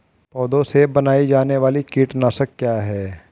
पौधों से बनाई जाने वाली कीटनाशक क्या है?